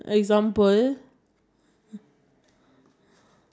uh no it's an everyday object everyday object